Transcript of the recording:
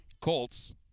Colts